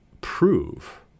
prove